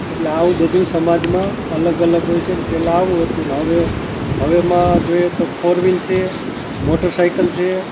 એટલે આવું બધુંય સમાજમાં અલગ અલગ હોય છે ને પહેલાં આવું હતું ને હવે હવેમાં જોઈએ તો ફોર વ્હીલ છે મોટર સાઈકલ છે